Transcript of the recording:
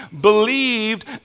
believed